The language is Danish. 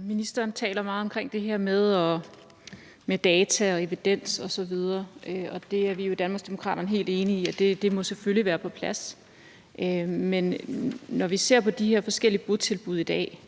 Ministeren taler meget om det her med data, evidens osv., og det er vi jo i Danmarksdemokraterne helt enige i selvfølgelig må være på plads. Men når vi ser på de her forskellige botilbud i dag,